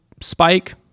spike